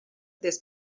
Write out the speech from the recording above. des